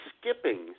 skipping